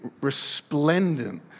resplendent